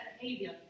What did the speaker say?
behavior